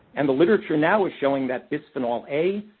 and the literature now is showing that bisphenol a,